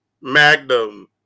Magnum